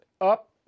up